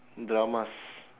dramas